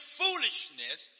foolishness